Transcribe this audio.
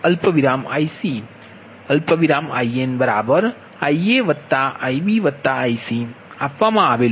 અહીં તે Ib Ic InIaIbIcછે